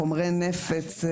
חומרי נפץ,